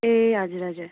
ए हजुर हजुर